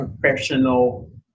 professional